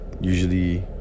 usually